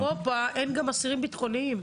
נכון, אבל גם באירופה אין אסירים ביטחוניים.